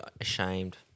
Ashamed